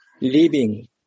living